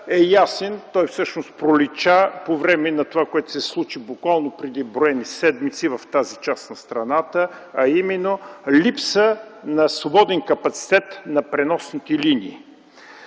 е ясен. Той всъщност пролича по време на това, което се случи буквално преди броени седмици в тази част на страната, а именно липса на свободен капацитет на преносните линии.